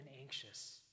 anxious